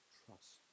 trust